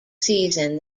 season